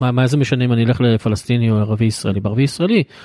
מה זה משנה אם אני אלך לפלסטיני או ערבי ישראלי בערבי ישראלי.